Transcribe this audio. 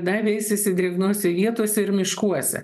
na veisiasi drėgnose vietose ir miškuose